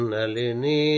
Nalini